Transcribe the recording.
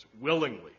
Willingly